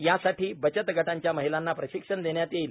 यासाठी बचत गटांच्या महिलांना प्रशिक्षण देण्यात येईल